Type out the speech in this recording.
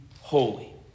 holy